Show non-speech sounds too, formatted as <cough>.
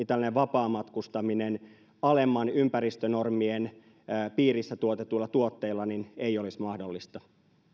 <unintelligible> tällainen vapaamatkustaminen alempien ympäristönormien piirissä tuotetuilla tuotteilla ei olisi mahdollista